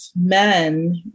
men